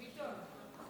ביטון,